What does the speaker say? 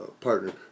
partner